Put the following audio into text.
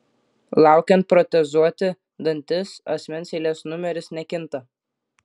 laukiant protezuoti dantis asmens eilės numeris nekinta